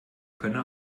könne